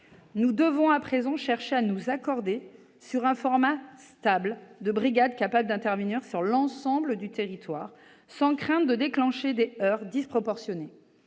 nous devons à présent chercher à nous accorder sur un format stable de brigades capables d'intervenir sur l'ensemble du territoire, sans craindre de déclencher des heurts disproportionnés.